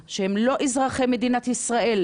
שהם לא אזרחי מדינת ישראל,